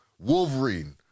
Wolverine